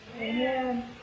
amen